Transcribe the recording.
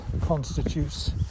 constitutes